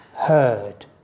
heard